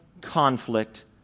conflict